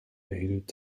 erhielt